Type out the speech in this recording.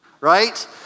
right